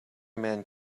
man